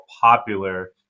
popular